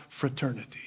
fraternity